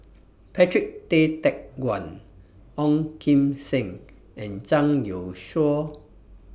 Patrick Tay Teck Guan Ong Kim Seng and Zhang Youshuo